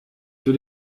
für